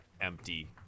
empty